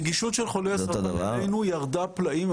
הנגישות של חוליי הסרטן בעינינו ירדה פלאים,